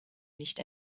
nicht